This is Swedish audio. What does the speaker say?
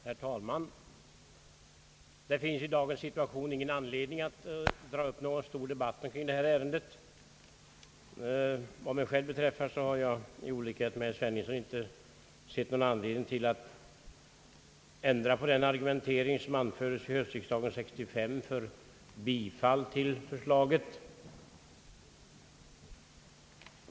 Herr talman! Det finns i dagens situation ingen anledning att ta upp någon stor debatt kring detta ärende, Vad mig själv beträffar så har jag — i olikhet mot herr Sveningsson — inte sett någon anledning att ändra på den argumentering för bifall till förslaget, vilken anfördes vid höstriksdagen 19635.